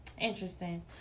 Interesting